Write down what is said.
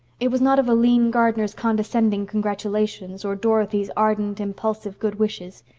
it was not of aline gardner's condescending congratulations, or dorothy's ardent, impulsive good wishes.